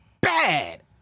bad